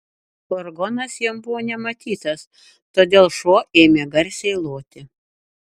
furgonas jam buvo nematytas todėl šuo ėmė garsiai loti